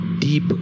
deep